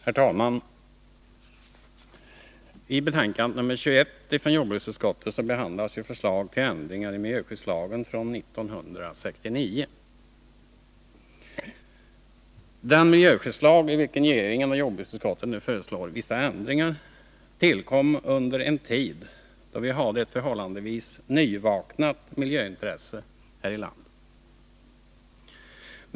Herr talman! I betänkandet nr 21 från jordbruksutskottet behandlas förslag till ändringar i miljöskyddslagen från 1969. Den miljöskyddslag i vilken regeringen och jordbruksutskottet nu föreslår vissa ändringar tillkom under en tid då vi hade ett förhållandevis nyvaknat miljöintresse här i landet.